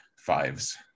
fives